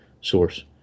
source